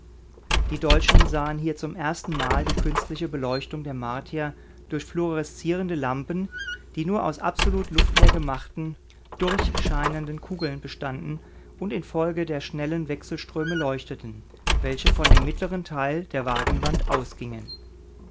die deutschen sahen hier zum erstenmal die künstliche beleuchtung der martier durch fluoreszierende lampen die nur aus absolut luftleer gemachten durchscheinenden kugeln bestanden und infolge der schnellen wechselströme leuchteten welche von dem mittleren teil der wagenwand ausgingen